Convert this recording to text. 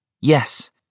Yes